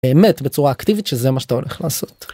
באמת בצורה אקטיבית שזה מה שאתה הולך לעשות.